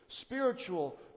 spiritual